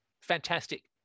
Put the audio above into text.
fantastic